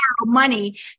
money